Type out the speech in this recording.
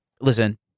listen